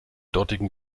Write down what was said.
dortigen